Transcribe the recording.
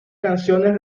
canciones